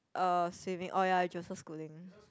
um swimming oh ya Joseph Schooling